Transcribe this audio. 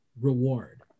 reward